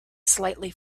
slightly